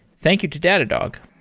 thank you to datadog.